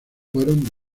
fueron